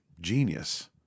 genius